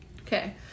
Okay